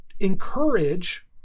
encourage